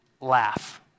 laugh